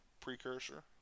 precursor